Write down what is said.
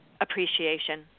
appreciation